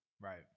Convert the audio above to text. Right